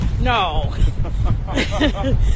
No